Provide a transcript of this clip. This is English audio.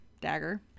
dagger